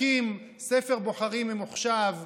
יקים ספר בוחרים ממוחשב.